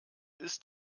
ist